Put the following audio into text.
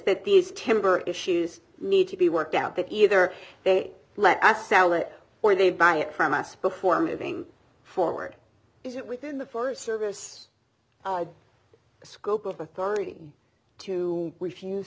that these temper issues need to be worked out that either way let's sell it or they buy it from us before moving forward is it within the forest service scope of authority to refuse